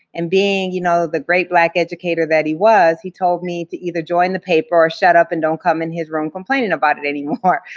and being, you know, the great black educator that he was, he told me to either join the paper or shut up and don't come in his room complaining about it anymore.